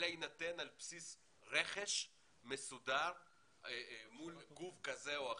אלא יינתן על בסיס רכש מסודר מול גוף כזה או אחר.